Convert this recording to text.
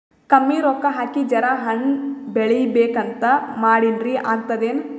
ಕಮ್ಮಿ ರೊಕ್ಕ ಹಾಕಿ ಜರಾ ಹಣ್ ಬೆಳಿಬೇಕಂತ ಮಾಡಿನ್ರಿ, ಆಗ್ತದೇನ?